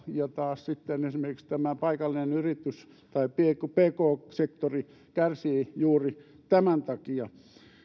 ja taas sitten esimerkiksi tämä paikallinen yritys tai pk sektori kärsii juuri tämän takia